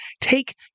take